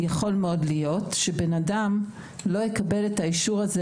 יכול מאוד להיות שבן-אדם לא יקבל את האישור הזה,